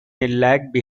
behind